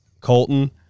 colton